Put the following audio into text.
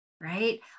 right